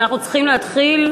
כי אנחנו צריכים להתחיל,